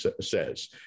says